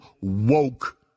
woke